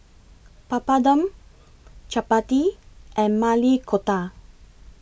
Papadum Chapati and Maili Kofta